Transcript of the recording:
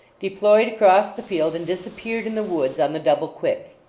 deployed across the field and disappeared in the woods on the double-quick.